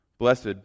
Blessed